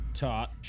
top